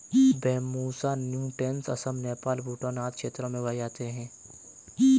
Bambusa नूटैंस असम, नेपाल, भूटान आदि क्षेत्रों में उगाए जाते है